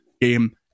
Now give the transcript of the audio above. game